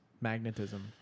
magnetism